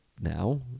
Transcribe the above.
now